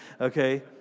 Okay